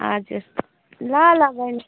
हजुर ल ल बहिनी